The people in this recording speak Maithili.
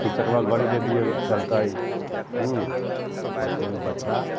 तिन चकवा गड़ी दऽ दिऔ चलतै एहिके लेल बच्चा